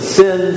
sin